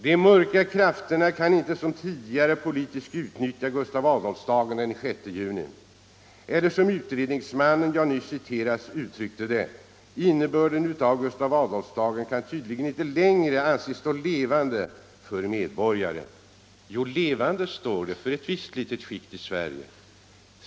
De mörka krafterna kan inte som tidigare politiskt utnyttja Gustav Adolfsdagen den 6 november. Eller som den utredningsman jag nyss citerade uttryckte det: Innebörden av Gustav Adolfsdagen kan tydligen inte längre anses stå levande för medborgarna. Jo, levande står den för ett visst litet skikt i Sverige.